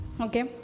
Okay